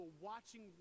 watching